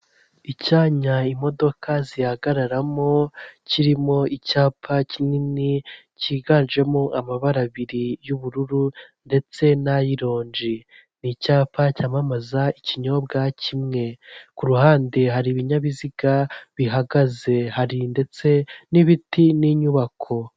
Icyanya imodoka zihagararamo kirimo icyapa kinini cy'iganjemo amabara abiri y'ubururu ndetse n'ayironji, ni icyapa cyamamaza ikinyobwa kimwe, ku ruhande hari ibinyabiziga bihagaze hari ndetse n'ibiti n'inyubako.